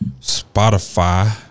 Spotify